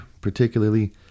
Particularly